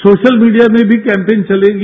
social media में भी campaign चलेगी